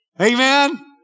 Amen